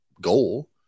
goal